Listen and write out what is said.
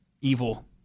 Evil